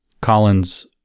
Collins